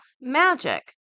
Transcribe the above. magic